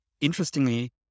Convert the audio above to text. interestingly